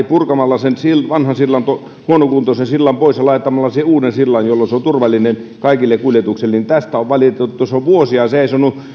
purkamalla sen vanhan huonokuntoisen sillan pois ja laittamalla siihen uuden sillan jolloin se on turvallinen kaikelle kuljetukselle tästä on valitettu se on vuosia seisonut